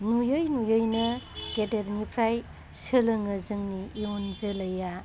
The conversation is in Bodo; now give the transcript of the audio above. नुयै नुयैनो गेदेरनिफ्राइ सोलोङो जोंनि इउन जोलैया